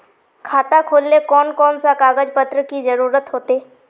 खाता खोलेले कौन कौन सा कागज पत्र की जरूरत होते?